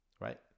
right